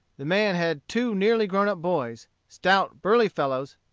the man had two nearly grown-up boys, stout, burly fellows,